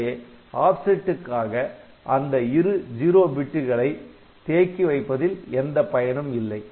எனவே ஆப்செட்டுக்காக அந்த இரு ஜீரோ பிட்டுகளை தேக்கி வைப்பதில் எந்த பயனும் இல்லை